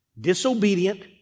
disobedient